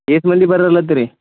ವೀಕ್ನಲ್ಲಿ ಬರೋಲ್ಲ ಅಂತೀರಿ